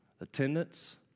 Attendance